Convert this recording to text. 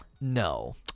No